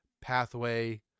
pathway